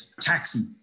Taxi